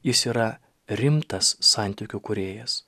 jis yra rimtas santykių kūrėjas